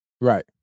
right